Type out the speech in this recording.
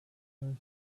those